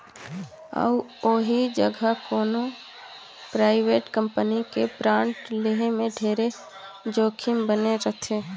अउ ओही जघा कोनो परइवेट कंपनी के बांड लेहे में ढेरे जोखिम बने रथे